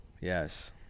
Yes